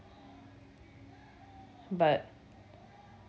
but